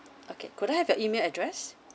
okay could I have your email address